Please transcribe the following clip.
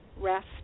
rest